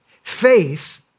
Faith